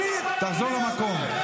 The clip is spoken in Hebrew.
תחזור למקום.